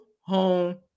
home